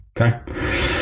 Okay